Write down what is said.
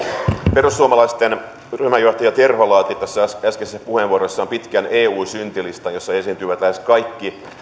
perussuomalaisten ryhmänjohtaja terho laati tässä äskeisessä puheenvuorossaan pitkän eu syntilistan jossa esiintyvät lähes kaikki